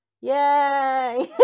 Yay